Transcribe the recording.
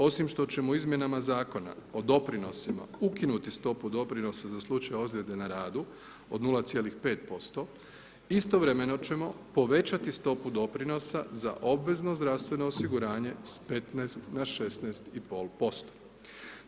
Osim što ćemo Izmjenama zakona o doprinosima ukinuti stopu doprinosa za slučaj ozljede na radu od 0,5% istovremeno ćemo povećati stopu doprinosa za obvezno zdravstveno osiguranje sa 15 na 16,5%